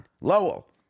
Lowell